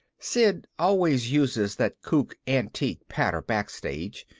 sid always uses that kook antique patter backstage,